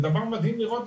זה דבר מדהים לראות,